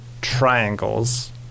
triangles